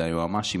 זה היועמ"שים.